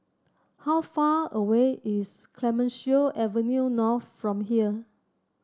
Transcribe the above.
how far away is Clemenceau Avenue North from here